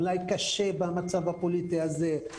אולי קשה במצב הפוליטי הזה.